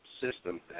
system